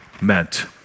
meant